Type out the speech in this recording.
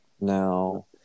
Now